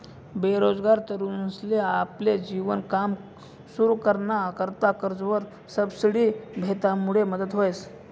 बेरोजगार तरुनसले आपलं नवीन काम सुरु कराना करता कर्जवर सबसिडी भेटामुडे मदत व्हस